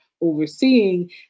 overseeing